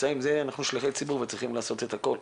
אנחנו שליחי ציבור וצריכים לעשות את הכול,